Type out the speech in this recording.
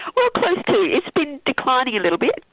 well close to, it's been declining a little bit.